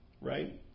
Right